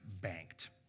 banked